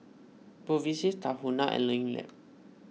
Bevy C Tahuna and Learning Lab